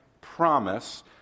promise